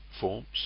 forms